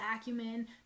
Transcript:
acumen